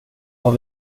har